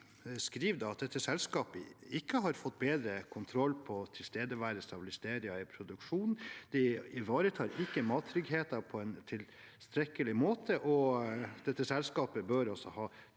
skriver at dette selskapet ikke har fått bedre kontroll på tilstedeværelse av listeria i produksjonen, at de ikke ivaretar mattryggheten på en tilstrekkelig måte, og at dette selskapet bør ha tiltak